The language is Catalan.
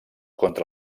contra